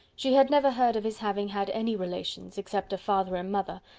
she had never heard of his having had any relations, except a father and mother,